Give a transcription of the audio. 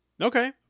Okay